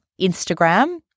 Instagram